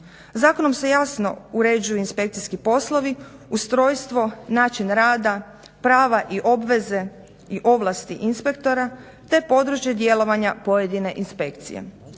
Zakonom se jasno uređuju inspekcijski poslovi, ustrojstvo, način rada, prava i obveze i ovlasti inspektora te područje djelovanja pojedine inspekcije.